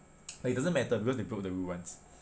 like it doesn't matter because they broke the rule once